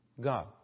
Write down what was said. God